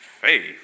faith